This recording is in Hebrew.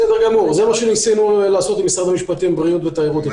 שניסינו לעשות במשרד המשפטים, בריאות ותיירות.